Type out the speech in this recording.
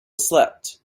slept